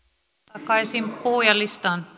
takaisin puhujalistaan